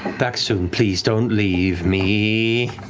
back soon, please don't leave me.